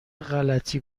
غلتی